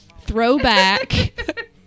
Throwback